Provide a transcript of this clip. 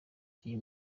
uyu